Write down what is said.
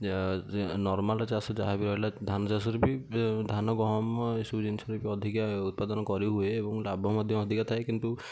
ନର୍ମାଲ୍ରେ ଚାଷ ଯାହା ବି ରହିଲା ଧାନ ଚାଷରେ ବି ଧାନ ଗହମ ଏସବୁ ଜିନଷରେ ବି ଅଧିକା ଉତ୍ପାଦନ କରିହୁଏ ଏବଂ ଲାଭ ମଧ୍ୟ ଅଧିକା ଥାଏ କିନ୍ତୁ